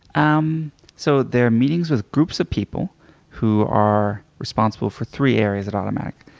um so they're meetings with groups of people who are responsible for three areas at automattic.